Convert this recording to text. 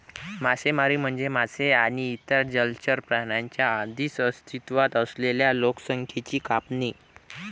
मासेमारी म्हणजे मासे आणि इतर जलचर प्राण्यांच्या आधीच अस्तित्वात असलेल्या लोकसंख्येची कापणी